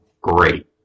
Great